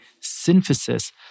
synthesis